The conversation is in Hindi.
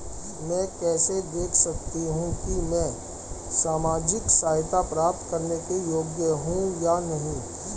मैं कैसे देख सकती हूँ कि मैं सामाजिक सहायता प्राप्त करने के योग्य हूँ या नहीं?